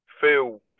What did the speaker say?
feel